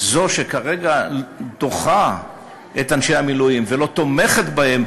זו שכרגע דוחה את אנשי המילואים ולא תומכת בהם,